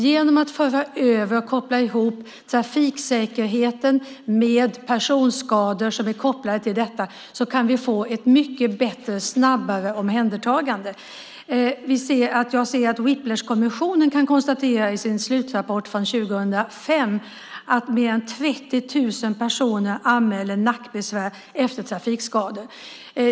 Genom att föra över och koppla ihop trafiksäkerheten med personskador som är kopplade till detta kan vi få ett mycket bättre och snabbare omhändertagande. Whiplashkommissionen konstaterar i sin slutrapport från 2005 att mer än 30 000 personer anmäler nackbesvär efter trafikolyckor.